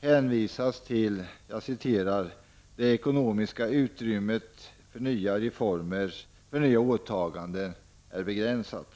hänvisas till att ''det samhällsekonomiska utrymmet för nya åtaganden är -- mycket begränsat''.